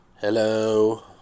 Hello